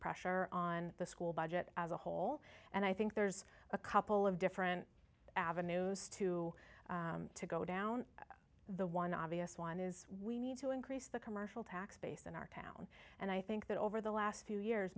pressure on the school budget as a whole and i think there's a couple of different avenues to to go down the one obvious one is we need to increase the commercial tax base in our town and i think that over the last two years